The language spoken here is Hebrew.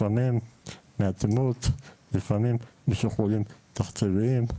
לפעמים מאטימות, לפעמים משיקולים תכתיביים.